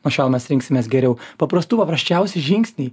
nuo šiol mes rinksimės geriau paprastų paprasčiausi žingsniai